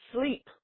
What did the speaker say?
sleep